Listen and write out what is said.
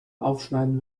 aufschneiden